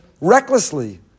recklessly